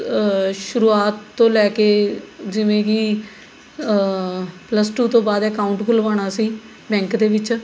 ਸ਼ੁਰਆਤ ਤੋਂ ਲੈ ਕੇ ਜਿਵੇਂ ਕਿ ਪਲੱਸ ਟੂ ਤੋਂ ਬਾਅਦ ਅਕਾਊਂਟ ਖੁੱਲ੍ਹਵਾਉਣਾ ਸੀ ਬੈਂਕ ਦੇ ਵਿੱਚ